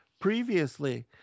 previously